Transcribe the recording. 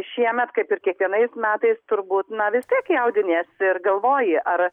šiemet kaip ir kiekvienais metais turbūt na vis tiek jaudiniesi ir galvoji ar